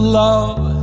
love